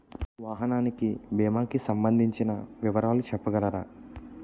వాహనానికి భీమా కి సంబందించిన వివరాలు చెప్పగలరా?